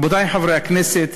רבותי חברי הכנסת,